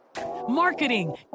marketing